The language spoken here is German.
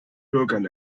bürgern